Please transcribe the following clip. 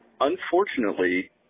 Unfortunately